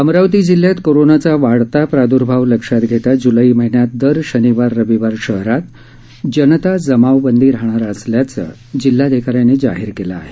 अमरावती जिल्ह्यात कोरोनाचा वाढत प्रादर्भाव लक्षात घेता जुलै महिन्यात दर शनिवार रविवार शहरात जनता जमावबंदी राहणार असल्याचं जिल्हाधिकाऱ्यांनी जाहीर केलं आहे